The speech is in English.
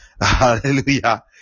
Hallelujah